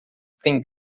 têm